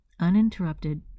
uninterrupted